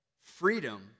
Freedom